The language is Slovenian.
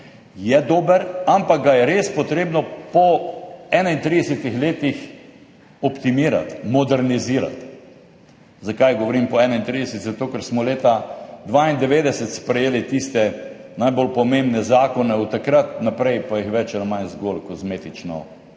je dober, ampak ga je res potrebno po 31 letih optimirati, modernizirati. Zakaj govorim po 31? Zato ker smo leta 1992 sprejeli tiste najbolj pomembne zakone, od takrat naprej pa jih bolj ali manj zgolj kozmetično popravljali.